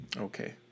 Okay